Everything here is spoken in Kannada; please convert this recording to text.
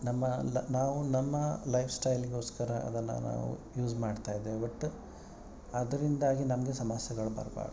ನಮ್ಮಲ್ಲಿ ನಾವು ನಮ್ಮ ಲೈಫ್ ಸ್ಟೈಲಿಗೋಸ್ಕರ ಅದನ್ನು ನಾವು ಯೂಸ್ ಮಾಡ್ತಾಯಿದ್ದೇವೆ ಬಟ್ ಅದರಿಂದಾಗಿ ನಮಗೆ ಸಮಸ್ಯೆಗಳು ಬರಬಾರ್ದು